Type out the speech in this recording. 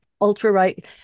ultra-right